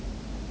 mm